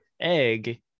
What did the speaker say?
egg